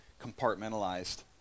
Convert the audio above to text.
compartmentalized